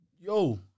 yo